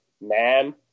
ma'am